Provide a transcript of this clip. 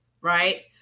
right